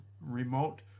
remote